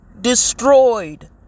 destroyed